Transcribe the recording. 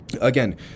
again